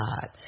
God